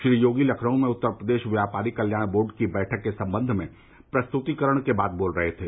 श्री योगी लखनऊ में उत्तर प्रदेश व्यापारी कल्याण बोर्ड की बैठक के संबंध में प्रस्तुतिकरण के बाद बोल रहे थे